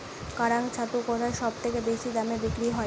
কাড়াং ছাতু কোথায় সবথেকে বেশি দামে বিক্রি হয়?